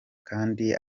kandi